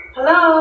Hello